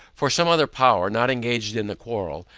for some other powers, not engaged in the quarrel,